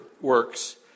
works